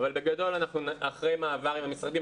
אבל בגדול אחרי מעבר למשרדים,